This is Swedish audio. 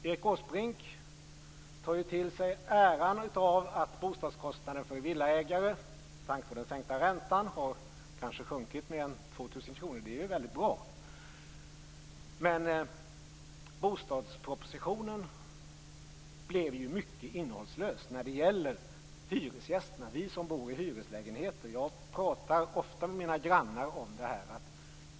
Erik Åsbrink tar till sig äran av att bostadskostnaden för villaägare med tanke på den sänkta räntan har sjunkit med kanske 2 000 kr. Det är väldigt bra. Men bostadspropositionen blev mycket innehållslös för oss hyresgäster. Jag pratar ofta med mina grannar om detta.